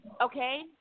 Okay